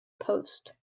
post